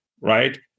right